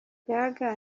gaga